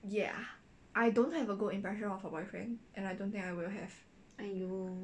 !aiyo!